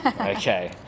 okay